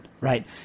right